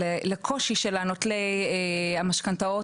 לקושי של נוטלי המשכנתאות,